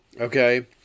Okay